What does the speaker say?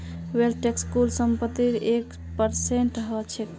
wealth tax कुल संपत्तिर एक परसेंट ह छेक